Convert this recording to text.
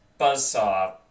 Buzzsaw